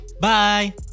Bye